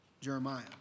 Jeremiah